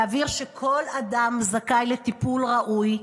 להבהיר שכל אדם זכאי לטיפול ראוי,